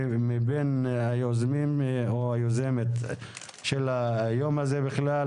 שהיא היוזמת של היום הזה בכלל,